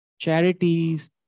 Charities